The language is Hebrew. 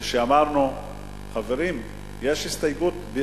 וכשאמרנו: חברים, יש הסתייגות,